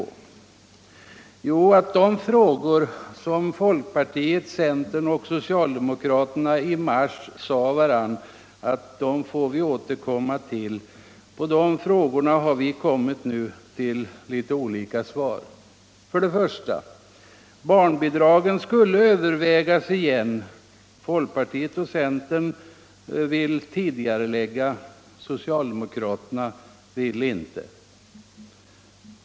Jo, att vi har kommit till litet olika svar på de frågor som folkpartiet, centern och socialdemokraterna i mars förklarade att vi skulle återkomma till. För det första skulle barnbidragen åter övervägas. Folkpartiet och centern vill tidigarelägga. Socialdemokraterna vill inte.